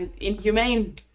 inhumane